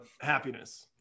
happiness